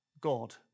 God